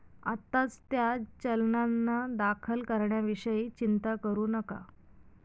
आत्ताच त्या चलनांना दाखल करण्याविषयी चिंता करू नका